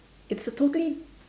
it's a totally